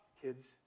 Kids